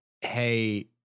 hey